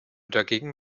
dagegen